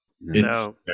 no